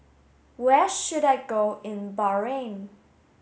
where should I go in Bahrain